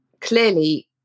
clearly